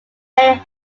mayor